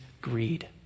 greed